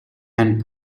and